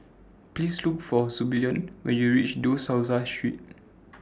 Please Look For Zebulon when YOU REACH De Souza Street